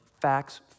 facts